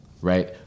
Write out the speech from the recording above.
right